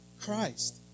Christ